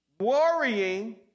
worrying